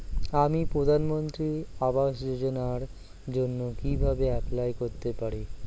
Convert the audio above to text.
আমি প্রধানমন্ত্রী আবাস যোজনার জন্য কিভাবে এপ্লাই করতে পারি?